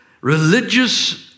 religious